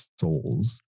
souls